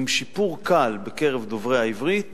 עם שיפור קל בקרב דוברי העברית